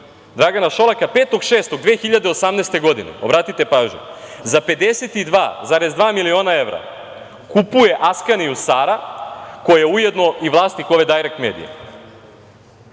Dragana Šolaka 5.6.2018. godine, obratite pažnju, za 52,2 miliona evra kupuje „Askanijus ara“, koja je ujedno i vlasnik ove „Dajrekt medije“.